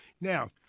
Now